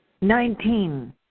Nineteen